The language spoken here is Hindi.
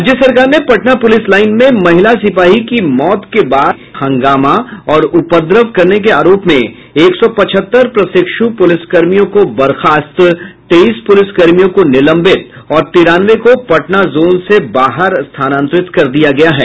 राज्य सरकार ने पटना पूलिस लाइन में महिला सिपाही की मौत के बाद हंगामा और उपद्रव करने के आरोप में एक सौ पचहत्तर प्रशिक्षु पुलिसकर्मियों को बर्खास्त तेईस प्रलिसकर्मियों को निलम्बित और तिरानवे को पटना जोन से बाहर स्थानांतरित कर दिया गया है